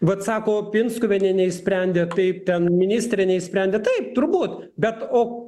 vat sako pinskuvienė neišsprendė taip ten ministrė neišsprendė taip turbūt bet o